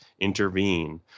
intervene